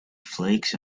flakes